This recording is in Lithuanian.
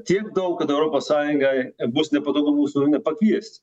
tiek daug kad europos sąjungai bus nepatogu mūsų nepakviesti